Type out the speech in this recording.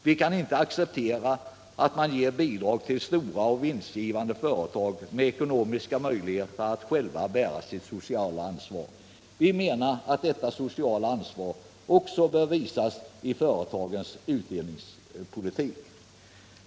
Vi kan inte acceptera att man ger bidrag till stora, vinstgivande företag med ekonomiska möjligheter att själva bära sitt sociala ansvar. Vi menar att detta sociala ansvar också bör visas i företagens utdelningspolitik.